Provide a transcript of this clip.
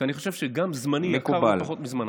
כי אני חושב שגם זמני יקר לא פחות מזמנם.